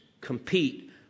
compete